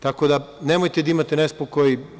Tako da, nemojte da imate nespokoj.